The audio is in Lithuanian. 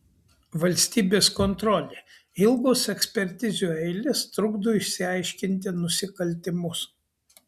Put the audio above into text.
valstybės kontrolė ilgos ekspertizių eilės trukdo išaiškinti nusikaltimus